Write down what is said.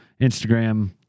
Instagram